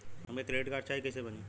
हमके credit card चाही कैसे बनी?